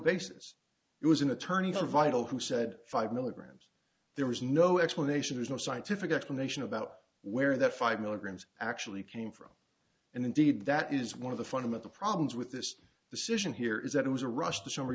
basis it was an attorney for vital who said five milligrams there was no explanation has no scientific explanation about where that five milligrams actually came from and indeed that is one of the fundamental problems with this decision here is that it was a rush